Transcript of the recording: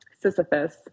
Sisyphus